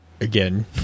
again